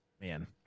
man